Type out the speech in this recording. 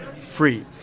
free